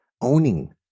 owning